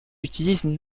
utilisèrent